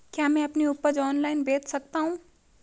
क्या मैं अपनी उपज ऑनलाइन बेच सकता हूँ?